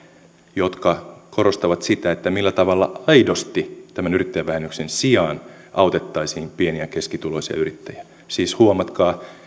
jotka korostavat sitä millä tavalla aidosti tämän yrittäjävähennyksen sijaan autettaisiin pieni ja keskituloisia yrittäjiä siis huomatkaa